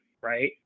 right